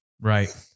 Right